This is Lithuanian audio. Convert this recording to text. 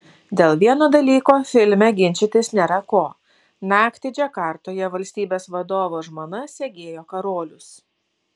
dėl vieno dalyko filme ginčytis nėra ko naktį džakartoje valstybės vadovo žmona segėjo karolius